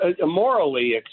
morally